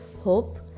Hope